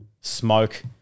Smoke